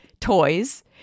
toys